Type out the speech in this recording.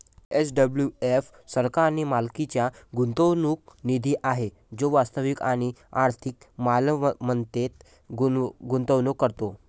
SWF सरकारी मालकीचा गुंतवणूक निधी आहे जो वास्तविक आणि आर्थिक मालमत्तेत गुंतवणूक करतो